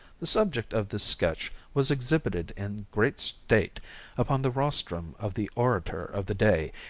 the subject of this sketch was exhibited in great state upon the rostrum of the orator of the day,